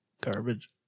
Garbage